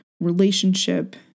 relationship